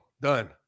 Done